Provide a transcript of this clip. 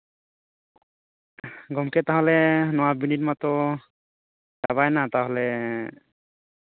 ᱜᱚᱝᱠᱮ ᱛᱟᱦᱚᱞᱮ ᱱᱚᱶᱟ ᱵᱤᱱᱤᱰ ᱢᱟᱛᱚ ᱪᱟᱵᱟᱭᱮᱱᱟ ᱛᱟᱦᱚᱞᱮ